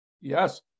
yes